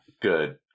Good